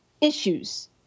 issues